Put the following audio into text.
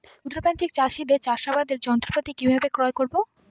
ক্ষুদ্র প্রান্তিক চাষীদের চাষাবাদের যন্ত্রপাতি কিভাবে ক্রয় করব?